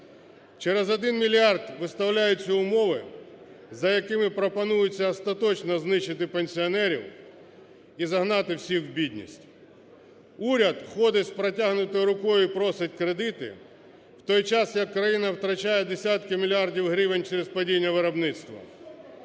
Через 1 мільярд виставляються умови, за якими пропонується остаточно знищити пенсіонерів і загнати всіх в бідність. Уряд ходить з протягнутою рукою і просить кредити в той час як країна втрачає десятки мільярдів гривень через падіння виробництва,